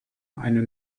eine